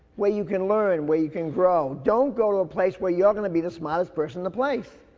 where you can learn where you can grow. don't go to a place where you're gonna be the smartest person in the place.